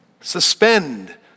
suspend